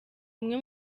umwe